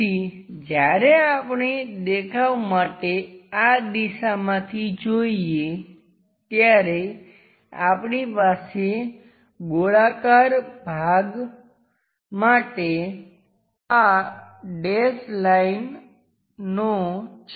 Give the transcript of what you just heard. તેથી જ્યારે આપણે દેખાવ માટે આ દિશામાંથી જોઈએ ત્યારે આપણી પાસે ગોળાકાર ભાગ માટે આ ડેશ લાઈનો છે